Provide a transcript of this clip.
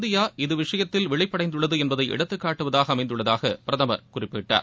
India இது விஷயத்தில் விழிப்படைந்துள்ளது என்பதை எடுத்துக்காட்டுவதாக அமைந்துள்ளதாக பிரதமர் குறிப்பிட்டுளார்